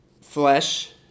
flesh